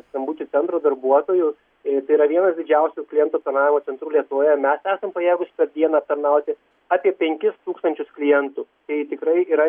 skambučių centoų darbuotojų ir tai yra vienas didžiausių klientų aptarnavimo centrų lietuvoje mes esam pajėgūs per dieną aptarnauti apie penkis tūkstančius klientų tai tikrai yra